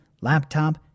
laptop